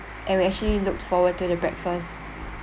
and we actually looked forward to the breakfast